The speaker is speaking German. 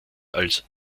als